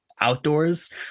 outdoors